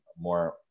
more